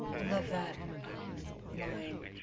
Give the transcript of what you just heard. and love that um line